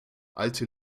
alte